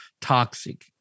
toxic